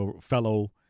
fellow